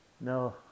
no